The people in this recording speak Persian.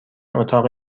اتاق